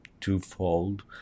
twofold